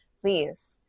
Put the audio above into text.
please